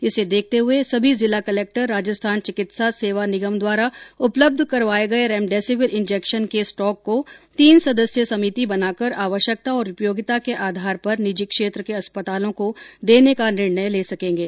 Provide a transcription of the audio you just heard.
इसे देखते हुए सभी जिला कलेक्टर राजस्थान चिकित्सा सेवा निगम द्वारा उपलब्ध करवाये गये रेमडेसिविर इंजेक्शन को स्टॉक को तीन सदस्य समिति बनाकर आवश्यकता और उपयोगिता के आधार पर निजी क्षेत्र के अस्पतालों को देने का निर्णय ले सकेंगे